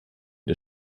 der